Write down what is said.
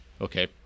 Okay